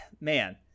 man